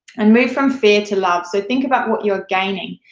and move from fear to love, so think about what you're gaining.